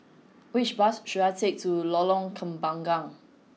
which bus should I take to Lorong Kembagan